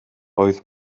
oedd